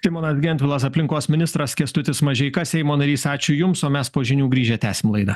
simonas gentvilas aplinkos ministras kęstutis mažeika seimo narys ačiū jums o mes po žinių grįžę tęsim laidą